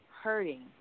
hurting